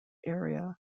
area